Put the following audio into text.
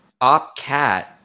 OpCat